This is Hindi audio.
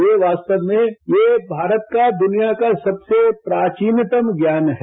ये वास्तव में यह भारत का दुनिया का सबसे प्राचीनतम ज्ञान है